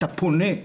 את הפונה,